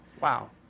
wow